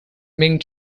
ming